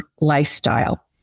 lifestyle